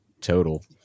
total